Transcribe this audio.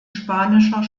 spanischer